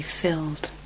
filled